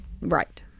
right